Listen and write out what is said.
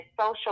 social